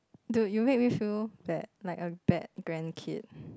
do you make me feel that like a bad grandkid